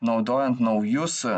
naudojant naujus